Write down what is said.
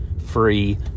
free